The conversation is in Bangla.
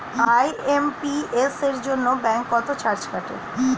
আই.এম.পি.এস এর জন্য ব্যাংক কত চার্জ কাটে?